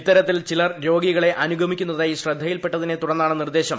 ഇത്തരത്തിൽ ചിലർ രോഗികളെ അനുഗമിക്കുന്നതായി ശ്രദ്ധയിൽപ്പെട്ടതിനെ തുടർന്നാണ് നിർദേശം